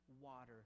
water